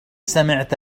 سمعت